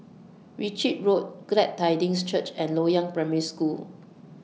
Ritchie Road Glad Tidings Church and Loyang Primary School